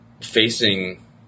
facing